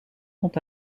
sont